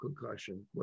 concussion